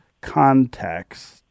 context